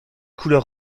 couleur